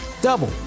double